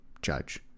judge